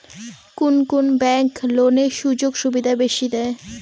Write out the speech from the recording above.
কুন কুন ব্যাংক লোনের সুযোগ সুবিধা বেশি দেয়?